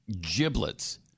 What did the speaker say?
giblets